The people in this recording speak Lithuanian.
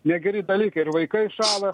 negeri dalykai ir vaikai šąla